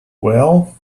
well